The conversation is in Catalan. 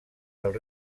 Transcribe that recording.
dels